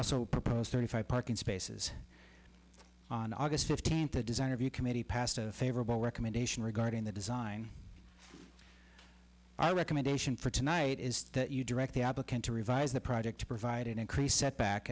also proposed thirty five parking spaces on august fifteenth a designer view committee passed a favorable recommendation regarding the design i recommendation for tonight is that you direct the applicant to revise the project to provide an increase at back